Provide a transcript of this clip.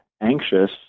anxious